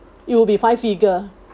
it will be five figure